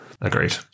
agreed